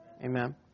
Amen